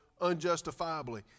unjustifiably